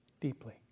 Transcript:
deeply